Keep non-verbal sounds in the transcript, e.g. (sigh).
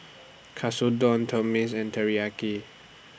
Katsudon (unintelligible) and Teriyaki